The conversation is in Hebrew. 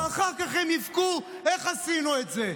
ואחר כך הם יבכו: איך עשינו את זה?